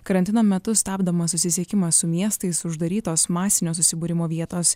karantino metu stabdomas susisiekimas su miestais uždarytos masinio susibūrimo vietos